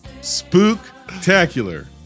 spooktacular